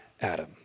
Adam